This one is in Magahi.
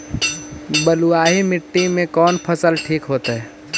बलुआही मिट्टी में कौन फसल ठिक होतइ?